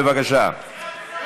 בבקשה.